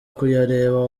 kuyareba